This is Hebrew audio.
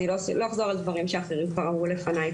אני לא אחזור על דברים שאחרים כבר אמרו לפניי.